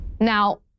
Now